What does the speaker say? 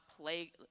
play